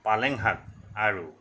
পালেং শাক আৰু